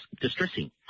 distressing